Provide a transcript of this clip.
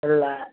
இல்லை